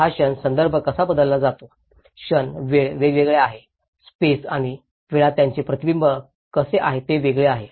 हा क्षण संदर्भ कसा बदलला जातो क्षण वेळ वेगवेगळा आहे स्पेस आणि वेळात त्याचे प्रतिबिंब कसे आहे हे वेगळे आहे